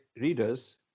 readers